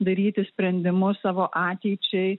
daryti sprendimus savo ateičiai